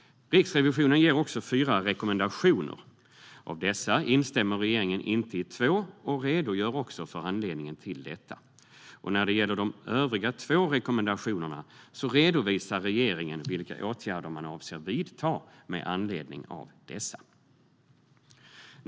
Riksrevisionen ger också fyra rekommendationer. Av dessa instämmer regeringen inte i två och redogör också för anledningen till detta. När det gäller de övriga två rekommendationerna redovisar regeringen vilka åtgärder man avser att vidta med anledning av dessa.